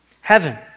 heaven